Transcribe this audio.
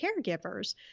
caregivers